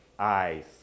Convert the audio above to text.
eyes